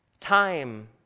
Time